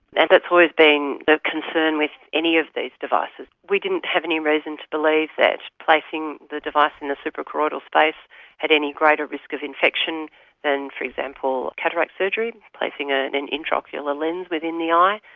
that's always been the concern with any of these devices. we didn't have any reason to believe that placing the device in the suprachoroidal space had any greater risk of infection than, for example, cataract surgery, placing ah an an intraocular lens within the eye.